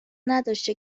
نداشته